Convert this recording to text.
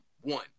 one